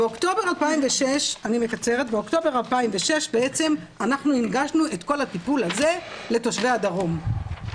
באוקטובר 2006 אנחנו הנגשנו את כל הטיפול הזה לתושבי הדרום.